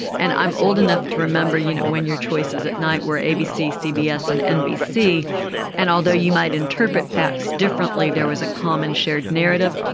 and i'm old enough to remember you know when your choices at night were abc cbs and nbc and although you might interpret facts differently there was a common shared narrative.